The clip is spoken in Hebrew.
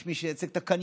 יש מי שייצג את הקניונים.